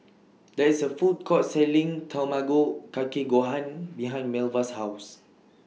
There IS A Food Court Selling Tamago Kake Gohan behind Melva's House